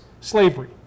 slavery